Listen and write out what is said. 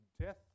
death